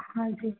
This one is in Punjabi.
ਹਾਂਜੀ